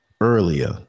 earlier